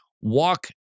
walk